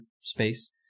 space